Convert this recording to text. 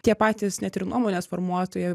tie patys net ir nuomonės formuotojai